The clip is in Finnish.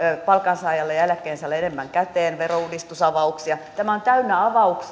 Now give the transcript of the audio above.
palkansaajalle ja eläkkeensaajalle enemmän käteen verouudistusavauksia tämä on täynnä avauksia